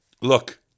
look